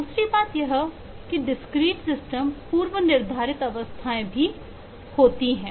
दूसरी बात यह है कि डिस्क्रीट सिस्टम पूर्वनिर्धारित अवस्थाएं भी होती है